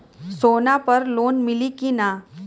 सोना पर लोन मिली की ना?